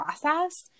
process